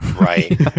Right